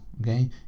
okay